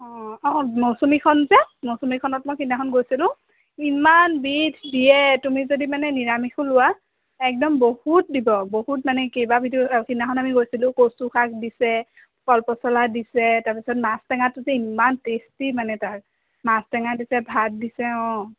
অঁ অঁ মৌচুমীখন যে মৌচুমীখনত মই সেইদিনাখন গৈছিলোঁ ইমান বিধ দিয়ে তুমি যদি মানে নিৰামিষো লোৱা একদম বহুত দিব বহুত মানে কেইবাবিধো সেইদিনাখন আমি গৈছিলোঁ কচু শাক দিছে কলপচলা দিছে তাৰপাছত মাছ টেঙাতো যে ইমান টেষ্টি মানে তাত মাছ টেঙা দিছে ভাত দিছে অঁ